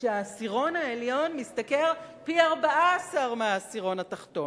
שהעשירון העליון משתכר פי-14 מהעשירון התחתון.